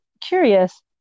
curious